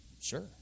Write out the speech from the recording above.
sure